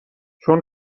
چون